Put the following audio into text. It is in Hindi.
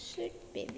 sweet baby